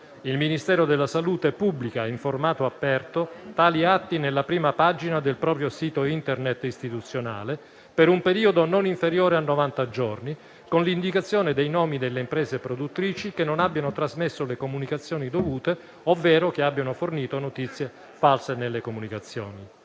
Il Ministero della salute pubblica in formato aperto tali atti nella prima pagina del proprio sito Internet istituzionale, per un periodo non inferiore a novanta giorni, con l'indicazione dei nomi delle imprese produttrici che non abbiano trasmesso le comunicazioni dovute ovvero che abbiano fornito notizie false nelle comunicazioni.